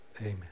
Amen